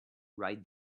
ride